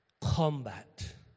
Combat